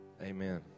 Amen